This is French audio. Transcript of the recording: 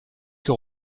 que